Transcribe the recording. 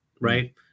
right